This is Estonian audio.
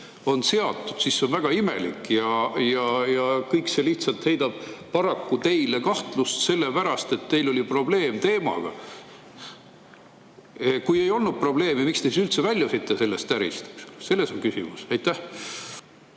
on seatud, siis see on väga imelik. Ja kõik see lihtsalt heidab paraku teile [varju], sellepärast et teil oli probleem selle teemaga. Kui ei olnud probleeme, miks te siis üldse väljusite sellest ärist, selles on küsimus. Kas